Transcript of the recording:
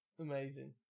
Amazing